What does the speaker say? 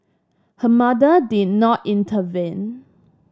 her mother did not intervene